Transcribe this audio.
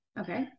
Okay